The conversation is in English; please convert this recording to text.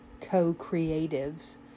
co-creatives